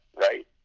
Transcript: right